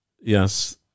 Yes